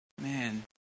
man